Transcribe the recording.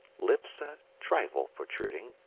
lips a trifle protruding,